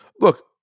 Look